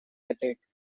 headache